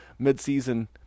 midseason